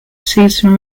season